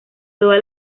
toda